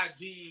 IG